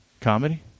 Comedy